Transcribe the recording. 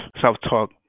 self-talk